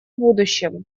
будущем